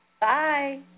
Bye